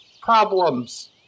problems